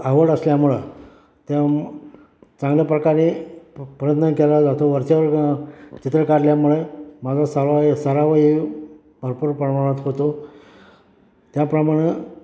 आवड असल्यामुळं त्या चांगल्या प्रकारे प्रयत्न केला जातो वरच्यावर ग चित्र काढल्यामुळे माझा सरवाय सरावही भरपूर प्रमाणात होतो त्याप्रमाणं